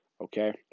okay